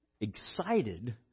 excited